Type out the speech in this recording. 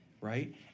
right